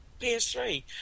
PS3